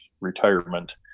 retirement